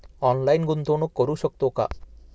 Online गुंतवणूक करू शकतो का?